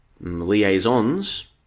liaisons